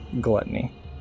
Gluttony